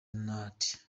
not